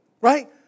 right